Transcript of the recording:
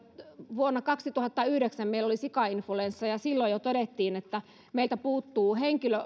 vuonna kaksituhattayhdeksän meillä oli sikainfluenssa ja jo silloin todettiin että meiltä puuttuu